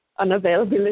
unavailability